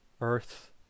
earth